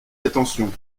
attention